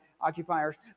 occupiers